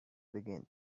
began